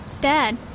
Dad